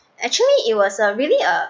actually it was a really a